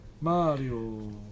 Mario